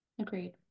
Agreed